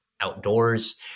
outdoors